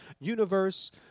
universe